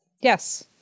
Yes